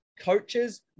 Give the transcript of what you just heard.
coaches